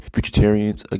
Vegetarians